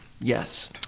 yes